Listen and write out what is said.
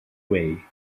way